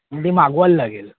ती मागवायला लागेल